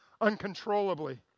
uncontrollably